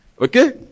Okay